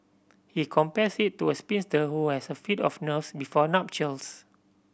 he compares it to a spinster who has a fit of nerves before nuptials